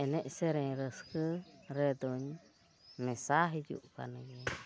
ᱮᱱᱮᱡ ᱥᱮᱨᱮᱧ ᱨᱟᱹᱥᱠᱟᱹ ᱨᱮᱫᱚᱧ ᱢᱮᱥᱟ ᱦᱤᱡᱩᱜ ᱠᱟᱱ ᱜᱮᱭᱟ